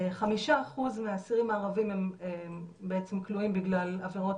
5% מהאסירים הערבים כלואים בגלל עבירות